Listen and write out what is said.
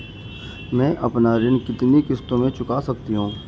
मैं अपना ऋण कितनी किश्तों में चुका सकती हूँ?